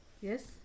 Yes